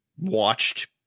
watched